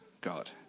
God